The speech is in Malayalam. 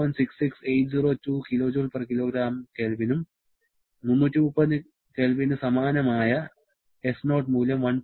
66802 kJ kgK ഉം 330 K ന് സമാനമായ s0 മൂല്യം 1